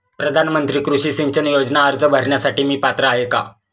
प्रधानमंत्री कृषी सिंचन योजना अर्ज भरण्यासाठी मी पात्र आहे का?